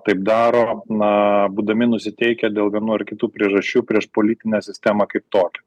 taip daro na būdami nusiteikę dėl vienų ar kitų priežasčių prieš politinę sistemą kaip tokią